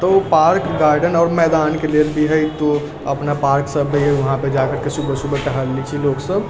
तऽ ओ park garden आओर मैदानके लेल भी हइ तो अपना पार्क सभ हइ उहाँपे जाकरके सुबह सुबह टहल लै छै लोकसभ